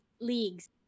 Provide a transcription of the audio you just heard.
leagues